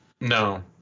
No